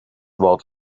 wort